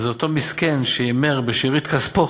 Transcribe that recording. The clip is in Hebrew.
זה אותו מסכן שהימר בשארית כספו,